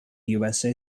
usa